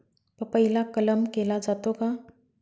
पपईला कलम केला जातो का?